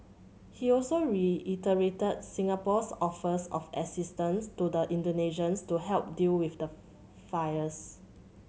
he also reiterated Singapore's offers of assistance to the Indonesians to help deal with the fires